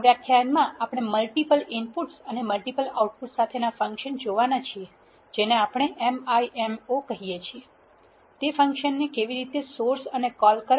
આ વ્યાખ્યાનમાં આપણે મલ્ટીપલ ઇનપુટ્સ અને મલ્ટીપલ આઉટપુટ સાથેના ફંકશન જોવાના છીએ જેને આપણે MIMO કહીએ છીએ કે તે ફંક્શન્સને કેવી રીતે સોર્સ અને કોલ કરવા